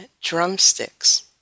drumsticks